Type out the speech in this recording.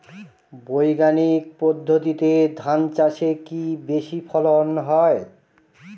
বৈজ্ঞানিক পদ্ধতিতে ধান চাষে কি বেশী ফলন হয়?